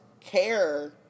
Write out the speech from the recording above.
care